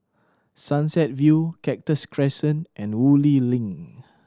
Sunset View Cactus Crescent and Woodleigh Link